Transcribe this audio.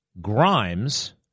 Grimes